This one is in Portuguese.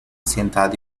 sentado